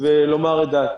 ולומר את דעתי.